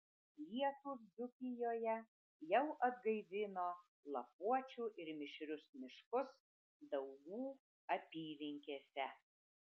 lietūs dzūkijoje jau atgaivino lapuočių ir mišrius miškus daugų apylinkėse